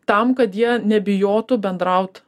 tam kad jie nebijotų bendraut